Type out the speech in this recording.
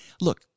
look